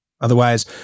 Otherwise